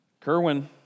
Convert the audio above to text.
Kerwin